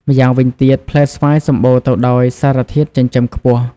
ម្យ៉ាងវិញទៀត ផ្លែស្វាយសម្បូរទៅដោយ សារធាតុចិញ្ចឹមខ្ពស់។